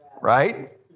right